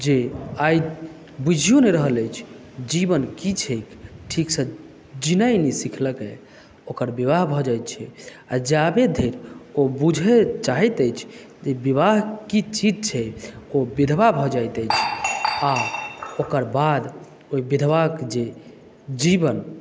जे आइ बुझियो नहि रहल अछि जीवन की छैक ठीकसँ जीनाइ नहि सीखलकए ओकर विवाह भऽ जाइत छै आ जावे धरि ओ बुझय चाहैत अछि जे विवाह की चीज छै ओ विधवा भऽ जायत अछि आ ओकर बाद ओहि विधवाक जे जीवन